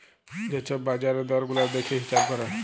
যে ছব বাজারের দর গুলা দ্যাইখে হিঁছাব ক্যরে